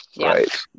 right